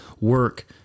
work